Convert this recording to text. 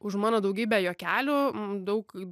už mano daugybę juokelių daug